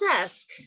desk